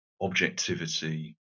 objectivity